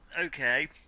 okay